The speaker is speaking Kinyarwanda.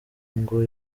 ngo